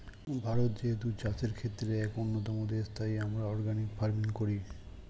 ভারত যেহেতু চাষের ক্ষেত্রে এক অন্যতম দেশ, তাই আমরা অর্গানিক ফার্মিং করি